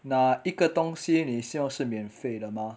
哪一个东西你希望是免费的吗